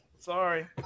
Sorry